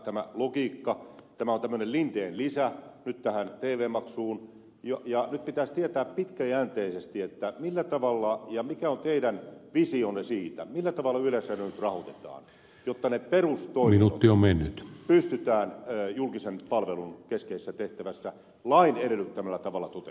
tämä on tämmöinen linden lisä nyt tähän tv maksuun ja nyt pitäisi tietää pitkäjänteisesti mikä on teidän visionne siitä millä tavalla yleisradio nyt rahoitetaan jotta ne perustoiminnot pystytään julkisen palvelun keskeisessä tehtävässä lain edellyttämällä tavalla toteuttamaan